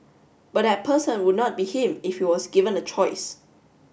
but that person would not be him if he was given a choice